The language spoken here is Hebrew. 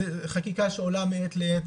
זו חקיקה שעולה מעת לעת,